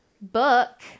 book